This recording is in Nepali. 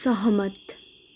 सहमत